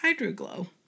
HydroGlow